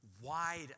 wide